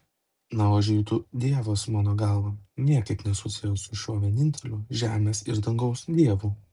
na o žydų dievas mano galva niekaip nesusijęs su šiuo vieninteliu žemės ir dangaus dievu